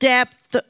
Depth